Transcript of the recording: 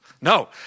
No